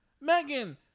Megan